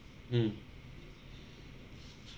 mm